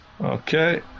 Okay